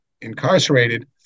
incarcerated